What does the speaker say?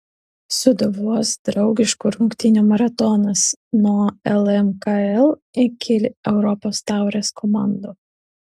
sūduvos draugiškų rungtynių maratonas nuo lmkl iki europos taurės komandų